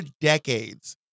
decades